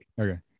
okay